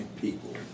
people